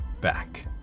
back